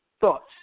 thoughts